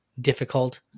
difficult